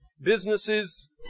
businesses